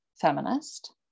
feminist